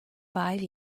five